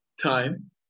time